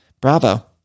Bravo